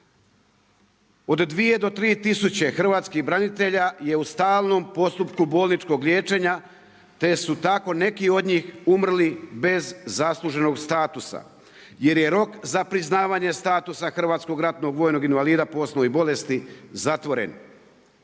Od 2000-3000 hrvatskih branitelja je u stalnom postupku bolničkog liječenja, te su tako neki od njih umrli bez zasluženog status, jer je rok za priznavanje statusa hrvatskog ratnog vojnog invalida po osnovi bolesti zatvoren.